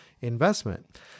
investment